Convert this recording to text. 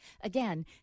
Again